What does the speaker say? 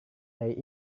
dari